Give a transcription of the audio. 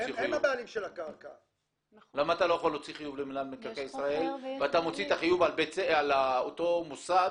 אתה מוציא את החיוב לאותו מוסד